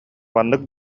маннык